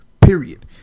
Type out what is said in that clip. period